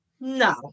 No